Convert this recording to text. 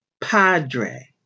Padre